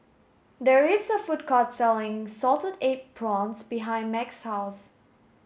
there is a food court selling salted egg prawns behind Max's house